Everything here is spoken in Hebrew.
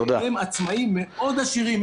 והם עצמאים מאוד עשירים,